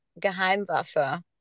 geheimwaffe